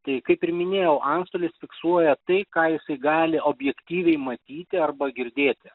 tai kaip ir minėjau antstolis fiksuoja tai ką jisai gali objektyviai matyti arba girdėti